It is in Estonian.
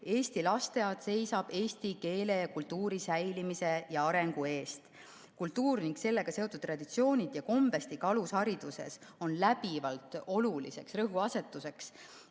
Eesti lasteaed seisab eesti keele ja kultuuri säilimise ja arengu eest. Kultuur ning sellega seotud traditsioonid ja kombestik alushariduses on läbivalt oluliseks rõhuasetuseks.